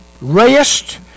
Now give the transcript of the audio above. rest